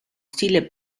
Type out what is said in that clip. stile